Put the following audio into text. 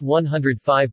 105%